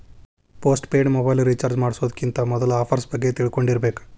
post paid mobile recharge ಮಾಡ್ಸೋಕ್ಕಿಂತ ಮೊದ್ಲಾ offers ಬಗ್ಗೆ ತಿಳ್ಕೊಂಡಿರ್ಬೇಕ್